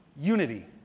unity